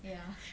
ya